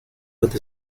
with